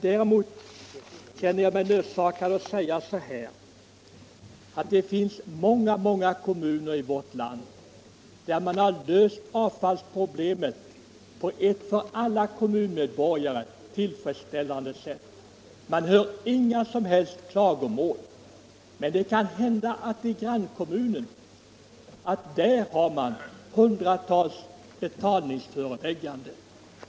Däremot känner jag mig nödsakad att säga att det finns många kommuner i vårt land där avfallsproblemen har lösts på ett för alla kommunmedborgare tillfredsställande sätt. Man har inga som helst klagomål. Däremot kan det hända att hundratals invånare i grannkommunen fått betalningsförelägganden.